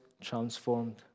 transformed